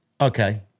Okay